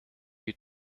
you